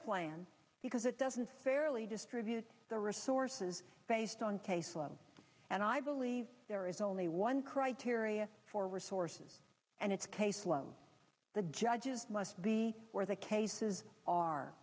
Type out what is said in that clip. plan because it doesn't fairly distribute the resources based on case law and i believe there is only one criteria for resources and its caseload the judges must be where the cases are